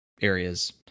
areas